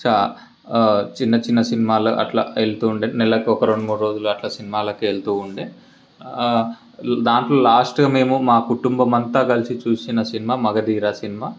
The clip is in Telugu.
చా చిన్న చిన్న సినిమాలు అట్లా వెళ్తుండే నెలకి ఒక రెండు మూడు రోజులు అట్లా సినిమాలకి వెళ్తుండే దాంట్లో లాస్ట్గా మేము మా కుటుంబం అంతా కలిసి చూసిన సినిమా మగధీర సినిమా